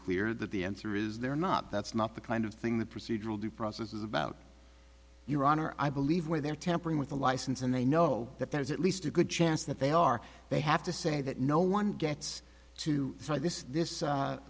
clear that the answer is they're not that's not the kind of thing the procedural due process is about your honor i believe where they're tampering with the license and they know that there is at least a good chance that they are they have to say that no one gets to try this this